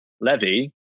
Levy